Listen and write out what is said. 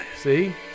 See